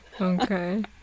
okay